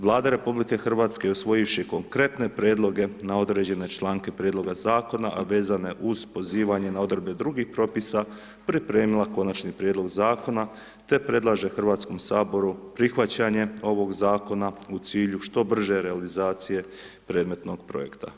Vlada RH usvojivši konkretne prijedloge na određene članke prijedloga Zakona, a vezane uz pozivanje na odredbe drugih propisa, pripremila Konačni prijedlog Zakona, te predlaže HS-u prihvaćanje ovog Zakona u cilju što brže realizacije predmetnog Projekta.